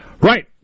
Right